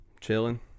chilling